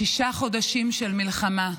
שישה חודשים של מלחמה.